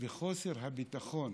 וחוסר הביטחון